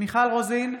מיכל רוזין,